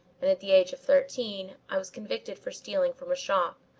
and at the age of thirteen i was convicted for stealing from a shop,